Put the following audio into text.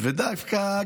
ודווקא,